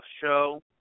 show